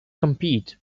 compete